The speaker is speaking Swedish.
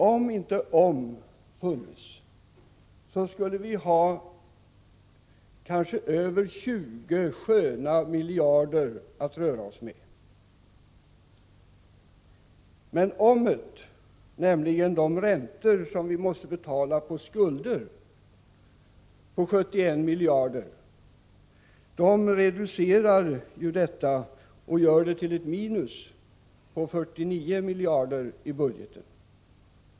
Om inte ordet om funnes, skulle vi kanske ha över 20 sköna miljarder att röra oss med. De räntor på 71 miljarder som vi måste betala på skulder reducerar nämligen inkomstsidan och gör att det blir ett minus på 49 miljarder i budgeten.